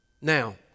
Now